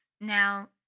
Now